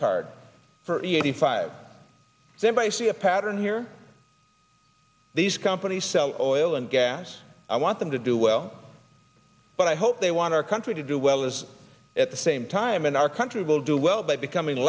eighty five thereby see a pattern here these companies sell or oil and gas i want them to do well but i hope they want our country to do well as at the same time in our country will do well by becoming